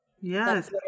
Yes